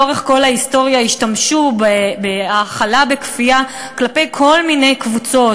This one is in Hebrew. לאורך כל ההיסטוריה השתמשו בהאכלה בכפייה כלפי כל מיני קבוצות.